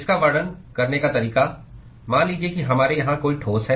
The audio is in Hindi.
इसका वर्णन करने का तरीका मान लीजिए कि हमारे यहां कोई ठोस है